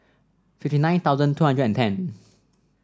fifty nine thousand two hundred and ten